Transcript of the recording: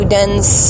dense